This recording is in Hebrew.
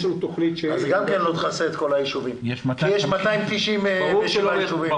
גם לא יכסה את כל הישובים כי יש 290 ישובים.